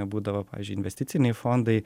būdavo pavyzdžiui investiciniai fondai